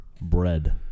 bread